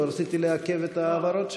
לא רציתי לעכב את ההעברות שם.